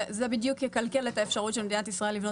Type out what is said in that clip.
זה בדיוק יקלקל את האפשרות שמדינת ישראל לבנות